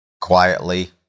quietly